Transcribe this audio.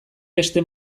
beste